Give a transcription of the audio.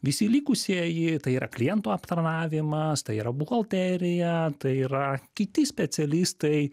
visi likusieji tai yra klientų aptarnavimas tai yra buhalterija tai yra kiti specialistai